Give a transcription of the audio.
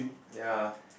ya